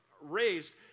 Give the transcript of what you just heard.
raised